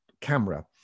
camera